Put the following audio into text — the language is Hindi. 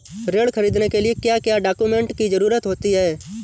ऋण ख़रीदने के लिए क्या क्या डॉक्यूमेंट की ज़रुरत होती है?